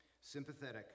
sympathetic